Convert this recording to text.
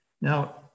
Now